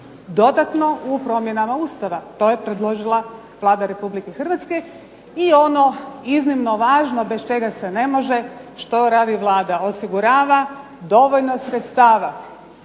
dodatno u promjenama Ustava, to je predložila Vlada Republike Hrvatske i ono iznimno važno bez čega se ne može što radi Vlada, osigurava dovoljno sredstava